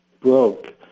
broke